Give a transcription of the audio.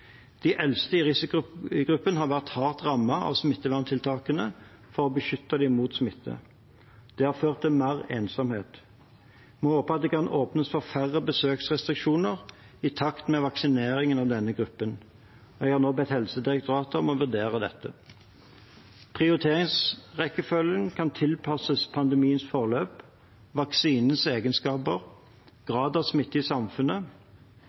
De eldste i risikogruppen har vært hardt rammet av smitteverntiltakene for å beskytte dem mot smitte. Det har ført til mer ensomhet. Vi håper at det kan åpnes for færre besøksrestriksjoner i takt med vaksineringen av denne gruppen. Jeg har nå bedt Helsedirektoratet om å vurdere dette. Prioriteringsrekkefølgen kan tilpasses pandemiens forløp, vaksinenes egenskaper, graden av smitte i samfunnet